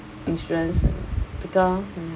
insurance becau~ ya